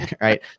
right